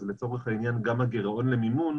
לצורך העניין גם הגירעון למימון,